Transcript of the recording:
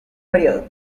periodo